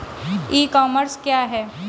ई commerce क्या है?